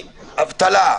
מאבטלה,